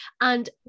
And-